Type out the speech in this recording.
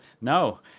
No